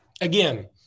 Again